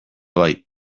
bai